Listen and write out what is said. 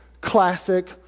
classic